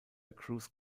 cruz